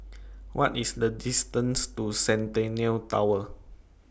What IS The distance to Centennial Tower